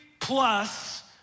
plus